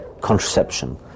contraception